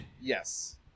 yes